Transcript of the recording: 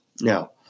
Now